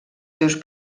seus